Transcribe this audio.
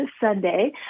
Sunday